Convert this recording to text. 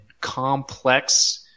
complex